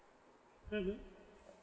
mmhmm